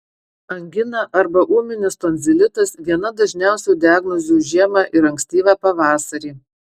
angina arba ūminis tonzilitas viena dažniausių diagnozių žiemą ir ankstyvą pavasarį